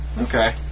Okay